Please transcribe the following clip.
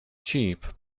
cheap